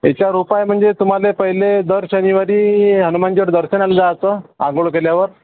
याच्यावर उपाय म्हणजे तुमाले पहिले दर शनिवारी हनुमानाच्या दर्शनाला जायचं आंघोळ केल्यावर